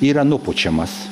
yra nupučiamas